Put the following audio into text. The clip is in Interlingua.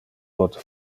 pote